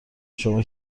شما